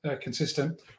consistent